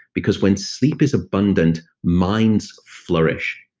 because when sleep is abundant, minds flourish.